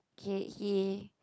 okay he